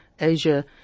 Asia